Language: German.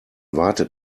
wartet